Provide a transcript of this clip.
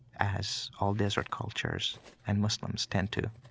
as all desert cultures and muslims tend to.